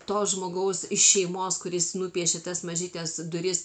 to žmogaus iš šeimos kuris nupiešė tas mažytes duris